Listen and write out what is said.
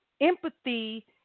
Empathy